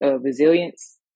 resilience